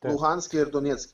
luhanske ir donecke